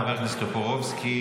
חבר הכנסת טופורובסקי,